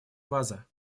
база